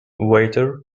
waiter